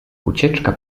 ucieczka